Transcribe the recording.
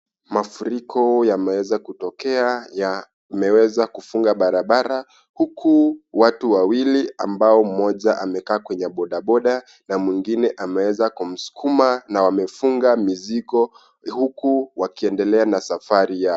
Mafuriko yameweza kutokea, yameweza kufunga barabara huku watu wawili ambao mmoja amekaa kwenye bodaboda na mwingine ameweza kumsukuma na wamefunga mizigo huku wakiendelea na safari Yao.